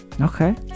Okay